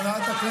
אתה אויב.